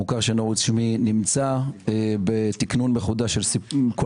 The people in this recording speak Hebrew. המוכר שאינו רשמי נמצא בתקנון מחודש עם כל